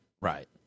Right